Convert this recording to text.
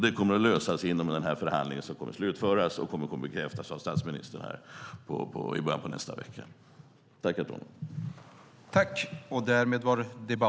Det kommer att lösas inom den här förhandlingen och det kommer att bekräftas av statsministern i början av nästa vecka.